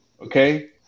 Okay